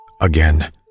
again